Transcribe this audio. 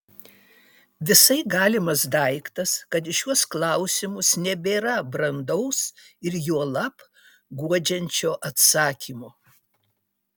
visai galimas daiktas kad į šiuos klausimus nebėra brandaus ir juolab guodžiančio atsakymo